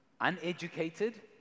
uneducated